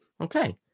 okay